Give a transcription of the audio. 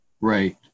right